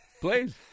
please